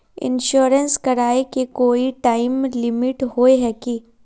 Insurance कराए के कोई टाइम लिमिट होय है की?